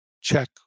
check